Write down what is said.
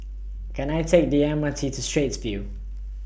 Can I Take The M R T to Straits View